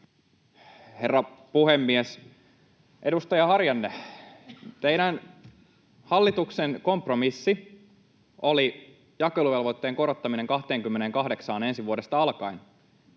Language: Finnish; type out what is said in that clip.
Herra puhemies! Edustaja Harjanne, teidän hallituksen kompromissi oli jakeluvelvoitteen korottaminen 28:aan ensi vuodesta alkaen.